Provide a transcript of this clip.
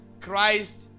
Christ